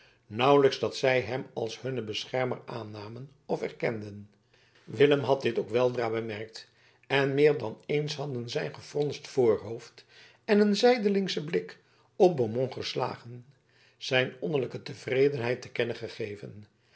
nauwelijks dat zij hem als hunnen beschermer aannamen of erkenden willem had dit ook weldra bemerkt en meer dan eens hadden zijn gefronst voorhoofd en een zijdelingsche blik op beaumont geslagen zijn innerlijke ontevredenheid te kennen gegeven